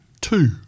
two